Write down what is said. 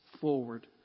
forward